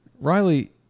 Riley